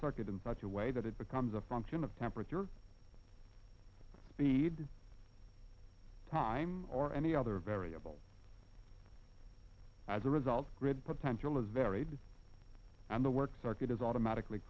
circuit in but your way that it becomes a function of temperature speed time or any other variable as a result grid potential is varied and the work circuit is automatically